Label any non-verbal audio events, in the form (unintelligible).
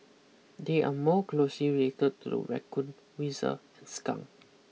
they are more (unintelligible) raccoon weasel and skunk